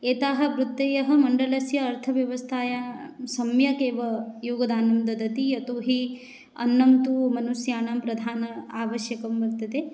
एताः वृत्तयः मण्डलस्य अर्थव्यवस्थायां सम्यगेव योगदानं ददति यतो हि अन्नं तु मनुष्याणां प्रधान आवश्यकं वर्तते